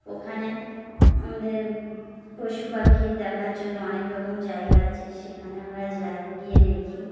ওখানে আমাদের পশু পাখি দেখার জন্য অনেক রকম জায়গা আছে সেখানে আমরা যাই গিয়ে দেখি